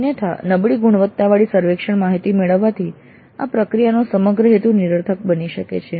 અન્યથા નબળી ગુણવત્તાવાળી સર્વેક્ષણ માહિતી મેળવવાથી આ પ્રક્રિયાનો સમગ્ર હેતુ નિરર્થક બની શકે છે